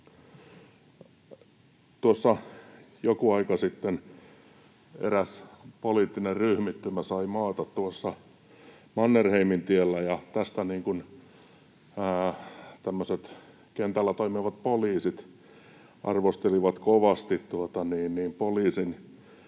joku aika sitten eräs poliittinen ryhmittymä sai maata tuossa Mannerheimintiellä, ja tästä tämmöiset kentällä toimivat poliisit arvostelivat kovasti poliisin